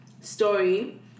story